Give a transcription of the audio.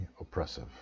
oppressive